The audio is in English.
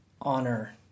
honor